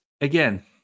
again